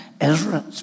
Ezra